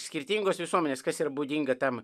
skirtingos visuomenės kas yra būdinga tam